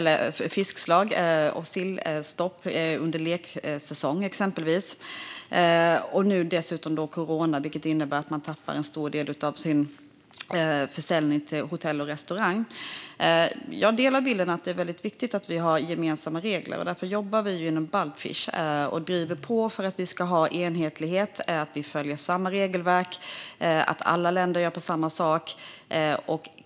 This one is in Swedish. Det är sillstopp under leksäsong, exempelvis, och nu är det dessutom corona, vilket innebär att man tappar en stor del av sin försäljning till hotell och restauranger. Jag håller med om bilden att det är viktigt att vi har gemensamma regler. Därför jobbar vi inom Baltfish och driver på för att det ska vara enhetlighet, att alla ska följa samma regelverk och att alla länder ska göra på samma sätt.